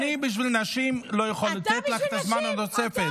אני בשביל נשים, לא יכול לתת לך את הזמן הנוסף.